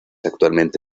actualmente